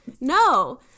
no